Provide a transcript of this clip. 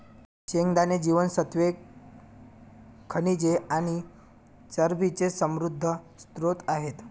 शेंगदाणे जीवनसत्त्वे, खनिजे आणि चरबीचे समृद्ध स्त्रोत आहेत